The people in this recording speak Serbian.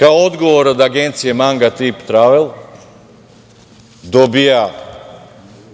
dogovor od agencije „Manga trip travel“ dobija